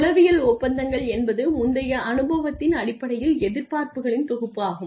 உளவியல் ஒப்பந்தங்கள் என்பது முந்தைய அனுபவத்தின் அடிப்படையில் எதிர்பார்ப்புகளின் தொகுப்பாகும்